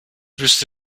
wüsste